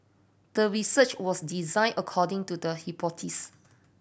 the research was designed according to the hypothesis